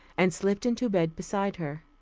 and slipped into bed beside her.